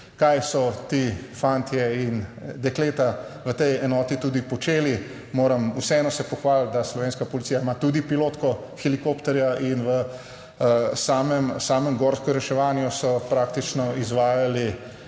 kaj so ti fantje in dekleta v tej enoti tudi počeli. Moram vseeno se pohvaliti, da slovenska policija ima tudi pilotko helikopterja in v samem gorskem reševanju so praktično izvajali